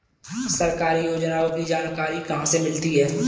सरकारी योजनाओं की जानकारी कहाँ से मिलती है?